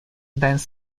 dance